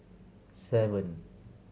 seven